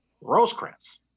Rosecrans